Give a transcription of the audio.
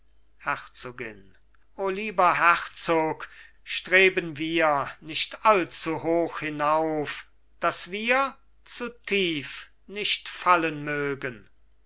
herzogin o lieber herzog streben wir nicht allzuhoch hinauf daß wir zu tief nicht fallen mögen